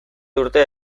urte